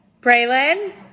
Braylon